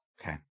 Okay